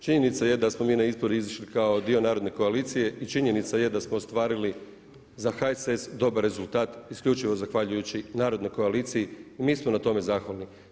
Činjenica je da smo mi na izbore izišli kao dio Narodne koalicije i činjenica je da smo ostvarili za HSS dobar rezultat isključivo zahvaljujući Narodnoj koaliciji i mi smo na tome zahvalni.